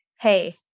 Hey